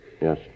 yes